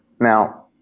Now